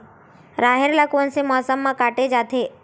राहेर ल कोन से मौसम म काटे जाथे?